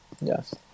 Yes